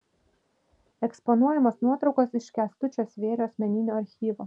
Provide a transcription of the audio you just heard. eksponuojamos nuotraukos iš kęstučio svėrio asmeninio archyvo